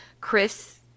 Chris